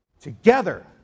Together